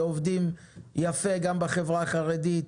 שעובדים יפה גם בחברה החרדית,